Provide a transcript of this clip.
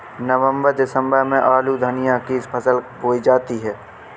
नवम्बर दिसम्बर में आलू धनिया की फसल बोई जाती है?